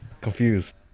Confused